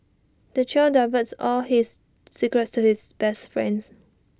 the child divulges all his secrets to his best friends